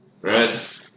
Right